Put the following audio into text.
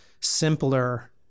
simpler